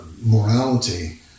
morality